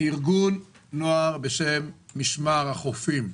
ארגון נוער בשם "משמר החופים".